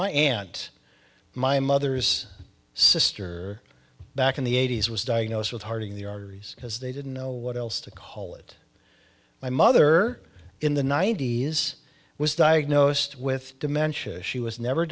my aunt my mother's sister back in the eighty's was diagnosed with heart in the arteries because they didn't know what else to call it my mother in the ninety's was diagnosed with dementia she was never